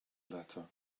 letter